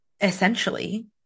essentially